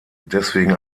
deswegen